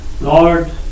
Lord